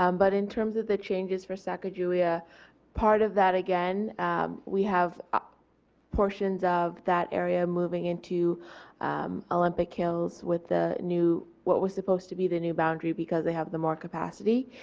um but in terms of the changes for sacajawea part of that again we have portions of that area moving into olympic hills with the new, what was supposed to be the new boundary because they have the more capacity.